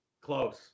Close